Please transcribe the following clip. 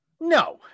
No